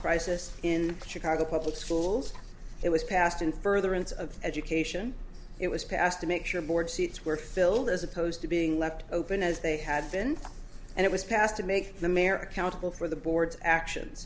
crisis in chicago public schools it was passed in furtherance of education it was passed to make sure board seats were filled as opposed to being left open as they had been and it was passed to make the mayor accountable for the board's actions